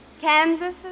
Kansas